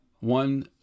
One